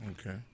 Okay